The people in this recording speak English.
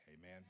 Amen